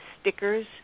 stickers